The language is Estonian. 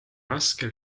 raske